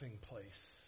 place